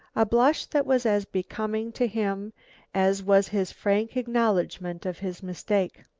a blush that was as becoming to him as was his frank acknowledgment of his mistake.